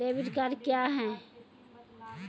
Debit card क्या हैं?